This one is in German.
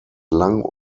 lang